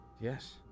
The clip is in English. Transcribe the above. Yes